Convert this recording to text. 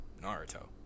Naruto